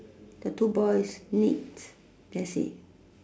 the two boys needs that's it